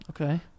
Okay